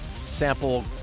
sample